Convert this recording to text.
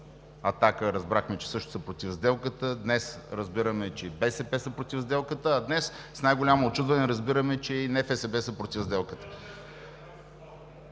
седмици разбрахме, че „Атака“ също са против сделката, днес разбираме, че и БСП са против сделката, а днес с най-голямо учудване разбираме, че и НФСБ са против сделката.